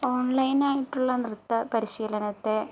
ഓണ്ലൈനായിട്ടുള്ള നൃത്ത പരിശീലനത്തെ